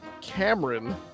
Cameron